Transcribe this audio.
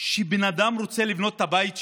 שבן אדם רוצה לבנות את הבית שלו,